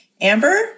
Amber